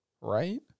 Right